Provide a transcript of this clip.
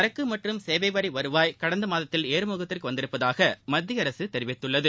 சரக்கு மற்றும் சேவைவரி வருவாய் கடந்த மாதத்தில் ஏறுமுகத்திற்கு வந்துள்ளதாக மத்திய அரசு தெரிவித்துள்ளது